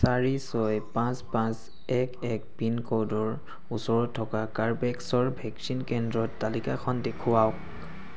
চাৰি ছয় পাঁচ পাঁচ এক এক পিনক'ডৰ ওচৰত থকা কাৰ্বেভেক্সৰ ভেকচিন কেন্দ্ৰৰ তালিকাখন দেখুৱাওক